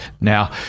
Now